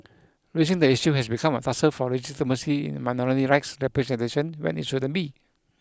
raising the issue has become a tussle for legitimacy in minority rights representation when it shouldn't be